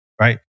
right